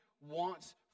wants